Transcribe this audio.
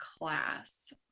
class